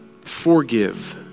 forgive